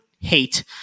hate